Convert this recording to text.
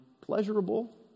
pleasurable